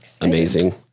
amazing